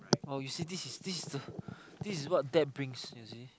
oh you see this is this is the this is what debt brings you see